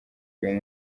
uyu